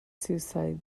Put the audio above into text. suicide